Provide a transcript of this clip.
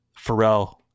Pharrell